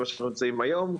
ממה שאנחנו נמצאים היום.